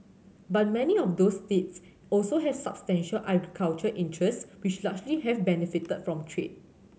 but many of those states also have substantial agricultural interests which largely have benefited from trade